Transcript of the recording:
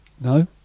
No